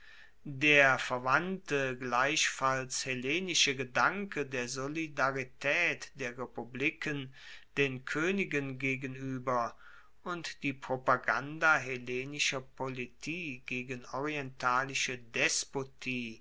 der verwandte gleichfalls hellenische gedanke der solidaritaet der republiken den koenigen gegenueber und die propaganda hellenischer politie gegen orientalische despotie